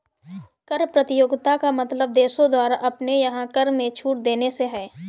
कर प्रतियोगिता का मतलब देशों द्वारा अपने यहाँ कर में छूट देने से है